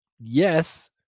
yes